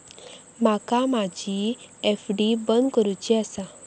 माका माझी एफ.डी बंद करुची आसा